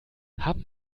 haben